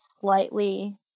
slightly